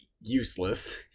useless